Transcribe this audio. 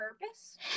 purpose